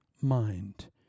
mind